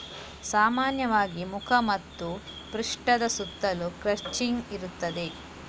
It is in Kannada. ಸಾಮಾನ್ಯವಾಗಿ ಮುಖ ಮತ್ತು ಪೃಷ್ಠದ ಸುತ್ತಲೂ ಕ್ರಚಿಂಗ್ ಇರುತ್ತದೆ